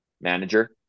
manager